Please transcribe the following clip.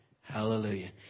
Hallelujah